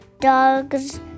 dogs